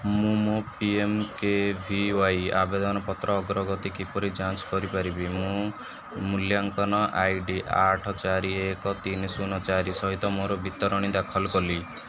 ମୁଁ ମୋ P M K V Y ଆବେଦନପତ୍ର ଅଗ୍ରଗତି କିପରି ଯାଞ୍ଚ କରିପାରିବି ମୁଁ ମୂଲ୍ୟାଙ୍କନ ଆଇ ଡି ଆଠ ଚାରି ଏକ ତିନି ଶୂନ ଚାରି ସହିତ ମୋର ବିତରଣୀ ଦାଖଲ କଲି